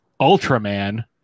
Ultraman